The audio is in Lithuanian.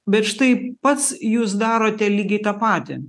bet štai pats jūs darote lygiai tą patį